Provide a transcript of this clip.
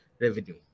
revenue